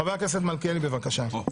חבר הכנסת מלכיאלי, בבקשה.